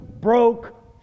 broke